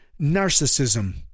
narcissism